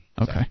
Okay